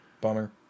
Bummer